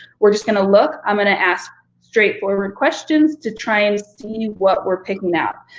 we're just gonna look. i'm gonna ask straightforward questions to try and see what we're picking out.